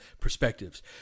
perspectives